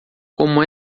como